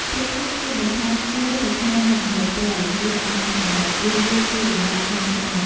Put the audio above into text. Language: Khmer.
ពេលខ្លះគេបន្ថែមខ្ជាយទៅក្នុងមុខម្ហូបត្រី ឬអាហារសមុទ្រ ព្រោះវាជួយបំបាត់ក្លិនឆ្អាប។